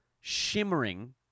shimmering